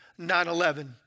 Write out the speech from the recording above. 9-11